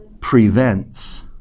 Prevents